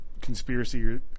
conspiracy